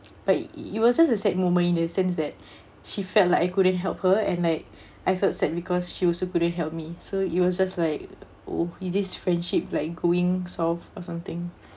but it it wasn't a sad moment in the sense that she felt like I couldn't help her and like I felt sad because she also couldn't help me so it was just like oh is this friendship like going south or something